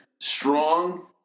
Strong